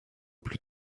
plus